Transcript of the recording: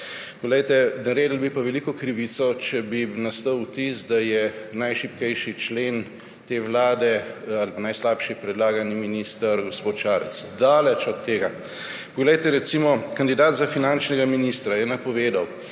denarnice. Naredili bi pa veliko krivico, če bi nastal vtis, da je najšibkejši člen te vlade ali najslabši predlagani minister gospod Šarec. Daleč od tega. Recimo kandidat za finančnega ministra ja napovedal,